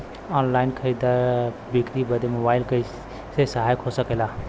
Online खरीद बिक्री बदे मोबाइल कइसे सहायक हो सकेला?